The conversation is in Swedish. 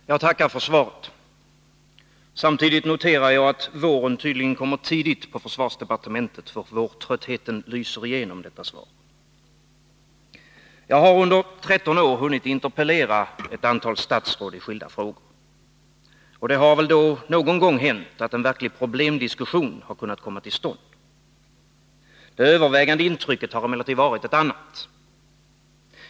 Herr talman! Jag tackar för svaret. Samtidigt noterar jag att våren tydligen kommer tidigt på försvarsdepartementet, för vårtröttheten lyser igenom detta svar. Jag har under 13 år hunnit interpellera ett antal statsråd i skilda frågor. Det har väl då någon gång hänt att en verklig problemdiskussion har kunnat komma till stånd. Det övervägande intrycket har emellertid varit ett annat.